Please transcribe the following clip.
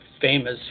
famous